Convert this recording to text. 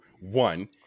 one